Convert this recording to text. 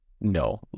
No